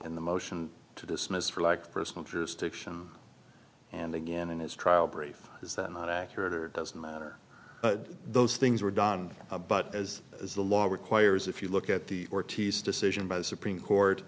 and the motion to dismiss for like personal jurisdiction and again in his trial brief is that not accurate or doesn't matter those things were done but as the law requires if you look at the ortiz decision by the supreme court